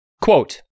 quote